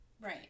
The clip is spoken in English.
Right